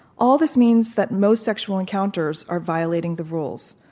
all this means that most sexual encounters are violating the rules.